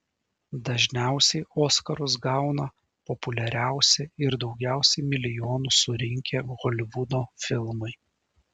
dažniausiai oskarus gauna populiariausi ir daugiausiai milijonų surinkę holivudo filmai